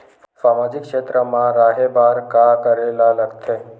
सामाजिक क्षेत्र मा रा हे बार का करे ला लग थे